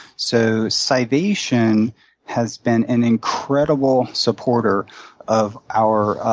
so scivation has been an incredible supporter of our